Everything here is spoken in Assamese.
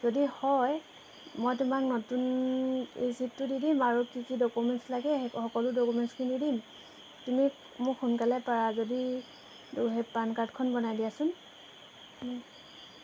যদি হয় মই তোমাক নতুন ৰিচিপটো দি দিম আৰু কি কি ডকুমেণ্টছ লাগে সেই সকলো ডকুমেণ্টছখিনি দিম তুমি মোক সোনকালে পাৰা যদি সেই পেন কাৰ্ডখন বনাই দিয়াচোন